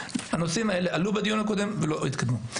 הנושאים האלה עלו בדיון הקודם ולא התקדמו.